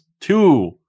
Two